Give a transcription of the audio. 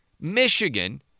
Michigan